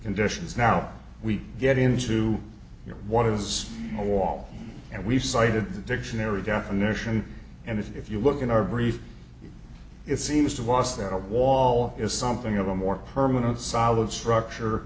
conditions now we get into you know what is a wall and we cited the dictionary definition and if you look in our brief it seems to wast that a wall is something of a more permanent solid structure